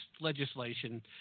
legislation